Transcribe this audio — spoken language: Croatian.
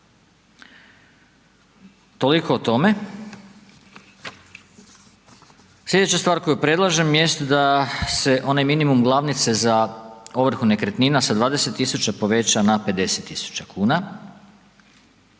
Toliko o tome. Slijedeća stvar koju predlažem da se onaj minimum glavnice za ovrhu nekretnina sa 20.000,00 poveća na 50.000,00 kn.